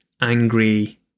angry